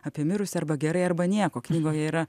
apie mirusį arba gerai arba nieko knygoje yra